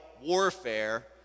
warfare